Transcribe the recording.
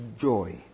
joy